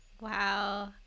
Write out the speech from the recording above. Wow